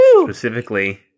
Specifically